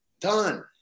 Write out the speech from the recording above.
done